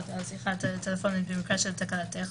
על שיחה טלפונית במקרה של תקלה טכנית.